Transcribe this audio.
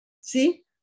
See